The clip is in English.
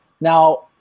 Now